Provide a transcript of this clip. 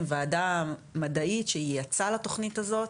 עם ועדה מדעית שייעצה לתוכנית הזאת,